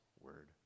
word